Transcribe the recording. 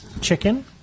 chicken